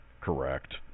correct